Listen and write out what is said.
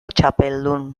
txapeldun